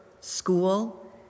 school